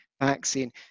vaccine